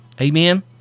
Amen